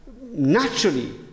Naturally